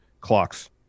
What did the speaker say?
clocks